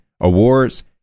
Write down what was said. awards